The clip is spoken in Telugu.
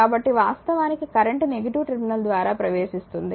కాబట్టి వాస్తవానికి కరెంట్ నెగిటివ్ టెర్మినల్ ద్వారా ప్రవేశిస్తుంది